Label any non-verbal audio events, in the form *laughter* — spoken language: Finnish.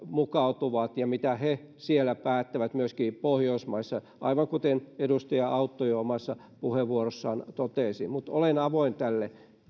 *unintelligible* mukautuvat ja mitä he siellä päättävät myöskin pohjoismaissa aivan kuten edustaja autto jo omassa puheenvuorossaan totesi mutta olen avoin tälle